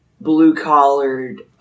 blue-collared